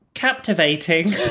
captivating